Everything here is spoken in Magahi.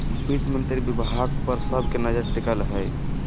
वित्त मंत्री विभाग पर सब के नजर टिकल हइ